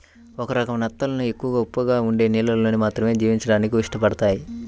ఒక రకం నత్తలు ఎక్కువ ఉప్పగా ఉండే నీళ్ళల్లో మాత్రమే జీవించడానికి ఇష్టపడతయ్